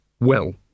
Well